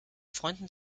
freunden